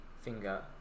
finger